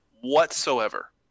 whatsoever